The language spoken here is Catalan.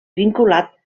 vinculat